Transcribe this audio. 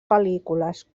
pel·lícules